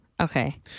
Okay